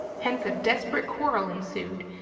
hence a desperate quarrel ensued,